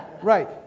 Right